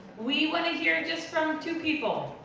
we wanna hear just from two people.